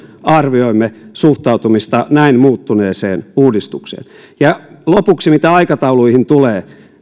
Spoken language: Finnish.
arvioimme suhtautumista näin muuttuneeseen uudistukseen ja lopuksi mitä aikatauluihin tulee